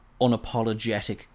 unapologetic